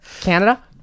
Canada